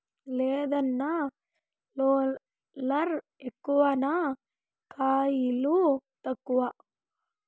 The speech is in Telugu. లేదన్నా, రోలర్ ఎక్కువ నా కయిలు తక్కువ